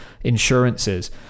insurances